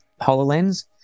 HoloLens